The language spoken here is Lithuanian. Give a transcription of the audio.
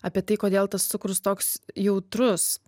apie tai kodėl tas cukrus toks jautrus